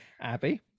Abby